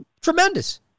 tremendous